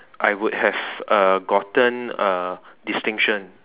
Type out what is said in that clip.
I would have uh gotten a distinction